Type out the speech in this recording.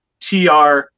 tr